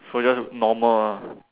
or just normal ah